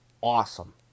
Awesome